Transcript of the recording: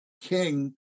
king